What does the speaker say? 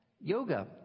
yoga